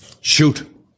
Shoot